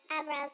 eyebrows